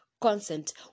consent